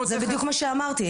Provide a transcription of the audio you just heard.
זה בדיוק מה שאמרתי.